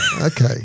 Okay